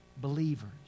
Believers